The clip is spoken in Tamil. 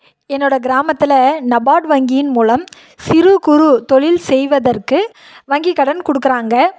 என்னோடய கிராமத்தில் நபார்ட் வங்கியின் மூலம் சிறு குறு தொழில் செய்வதற்கு வங்கி கடன் கொடுக்குறாங்க